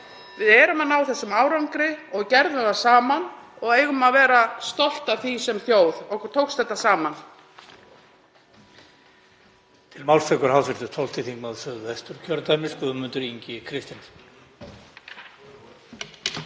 Við erum að ná þessum árangri og við náðum honum saman og eigum að vera stolt af því sem þjóð. Okkur tókst þetta saman.